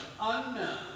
unknown